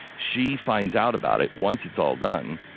she finds out about it, once it's all done.